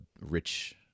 rich